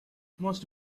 most